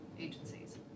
agencies